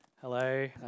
Hello